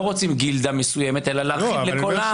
לא רוצים גילדה מסוימת אלא להרחיב לכל העם.